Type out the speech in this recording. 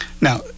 Now